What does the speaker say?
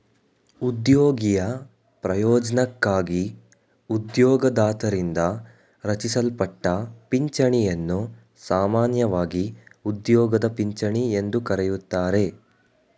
ಉದ್ಯೋಗಿಯ ಪ್ರಯೋಜ್ನಕ್ಕಾಗಿ ಉದ್ಯೋಗದಾತರಿಂದ ರಚಿಸಲ್ಪಟ್ಟ ಪಿಂಚಣಿಯನ್ನು ಸಾಮಾನ್ಯವಾಗಿ ಉದ್ಯೋಗದ ಪಿಂಚಣಿ ಎಂದು ಕರೆಯುತ್ತಾರೆ